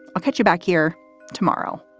i'll catch you back here tomorrow